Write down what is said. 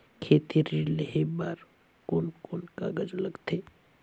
खेती ऋण लेहे बार कोन कोन कागज लगथे?